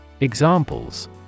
Examples